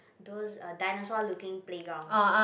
those uh dinosaur looking playground